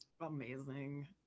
amazing